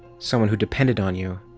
someone who depended on you,